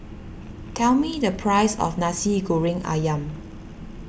tell me the price of Nasi Goreng Ayam